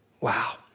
Wow